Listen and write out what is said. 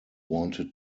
wanted